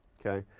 okay?